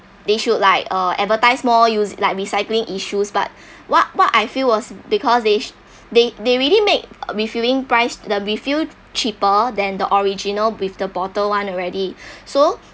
they should like uh advertise more use like recycling issues but what what I feel was because they they they really make uh refilling price the refill cheaper than the original with the bottle [one] already so